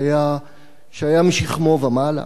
שהיה משכמו ומעלה,